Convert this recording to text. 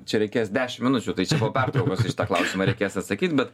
čia reikės dešim minučių tai čia po pertraukos į šitą klausimą reikės atsakyt bet